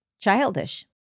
childish